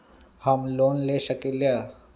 हम लोन ले सकील?